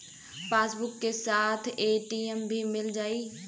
Passbook के साथ ATM भी मील जाई?